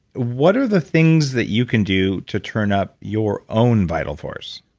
what are the things that you can do to turn up your own vital force?